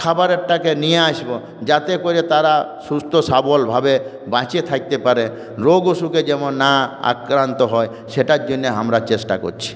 খাবারটাকে নিয়ে আসব যাতে করে তারা সুস্থ সবলভাবে বেঁচে থাকতে পারে রোগ অসুখে যেন না আক্রান্ত হয় সেটার জন্যে আমরা চেষ্টা করছি